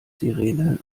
sirene